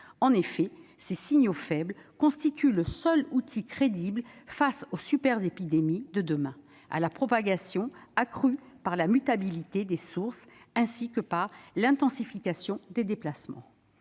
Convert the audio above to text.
à l'ARS- ces signaux faibles constituent en effet le seul outil crédible face aux super-épidémies de demain et à la propagation accrue par la mutabilité des sources et par l'intensification des déplacements.